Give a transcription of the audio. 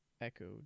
echoed